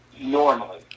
Normally